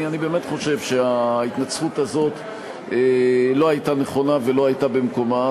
אני באמת חושב שההתנצחות הזאת לא הייתה נכונה ולא הייתה במקומה.